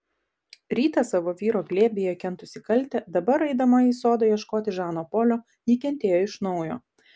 rytą savo vyro glėbyje kentusi kaltę dabar eidama į sodą ieškoti žano polio ji kentėjo iš naujo